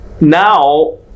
Now